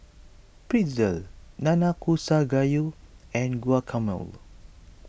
Pretzel Nanakusa Gayu and Guacamole